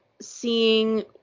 seeing